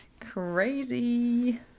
crazy